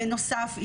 בנוסף,